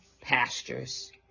pastures